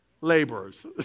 laborers